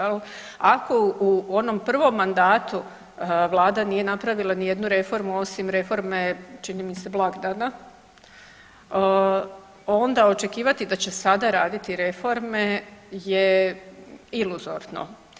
Ako u onom prvom mandatu vlada nije napravila niti jednu reformu osim reforme čini mi se blagdana onda očekivati da će sada raditi reforme je iluzorno.